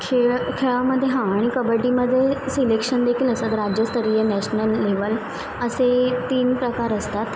खेळ खेळामध्ये हां आणि कबड्डीमध्ये सिलेक्शनदेखील असतात राज्यस्तरीय नॅशनल लेवल असे तीन प्रकार असतात